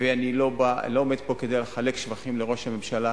ואני לא עומד פה כדי לחלק שבחים לראש הממשלה,